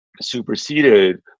superseded